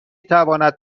تواند